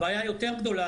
הבעיה יותר גדולה,